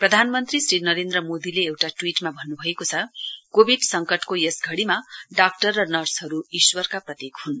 प्रधानमन्त्री श्री नरेन्द्र मोदीले एउटा ट्वीटमा भन्न् भएको छ कोविड सङ्कटको यस घडीमा डाक्टर र नर्सहरू ईश्वरका प्रतीक हन्